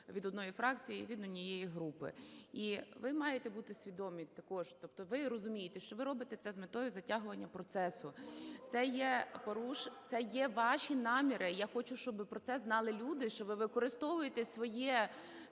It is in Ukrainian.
від однієї фракції і від однієї групи. І ви маєте бути свідомі також, тобто ви розумієте, що ви робите це з метою затягування процесу. Це є ваші наміри, я хочу, щоб про це знали люди, що ви використовуєте своє